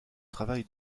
travail